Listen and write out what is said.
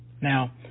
Now